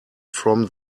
from